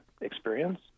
experience